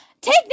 take